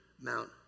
Mount